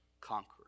conqueror